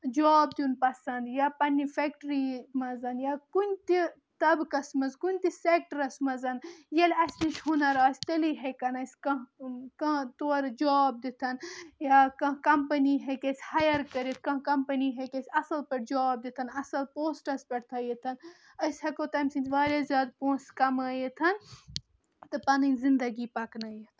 job دِیُن پَسنٛد یا پَننہِ فیکٹِری منٛز یا کُنہِ تہِ طبقس منٛز کُنہِ تہِ سیکٹَرَس منٛز ییٚلہِ اسہِ نِش ہنر آسہِ تیلی ہیٚکَن اسہِ کانٛہہ تورٕ جاب دِتھ یا کانٛہہ کَمپٔنی ہیٚکہِ اَسہِ ہایَر کٔرِتھ یا کانٛہہ کٔمپٔنی ہیٚکہِ اسہِ اَصٕل پٲٹھۍ جاب دِتھ اَصٕل پٲٹھۍ پوسٹَس پٮ۪ٹھ تھٲیِتھ أسۍ ہیٚکو تَمہِ سۭتۍ واریاہ زیادٕ پونٛسہٕ کَمٲیِتھ تہٕ پَنٕنۍ زَندگی پَکنٲیِتھ